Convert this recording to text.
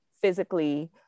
physically